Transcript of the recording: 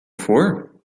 for